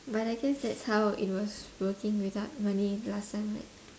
but I guess that's how it was working without money last time like